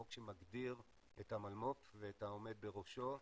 החוק שמגדיר את המולמו"פ ואת העומד בראשו,